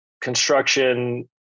construction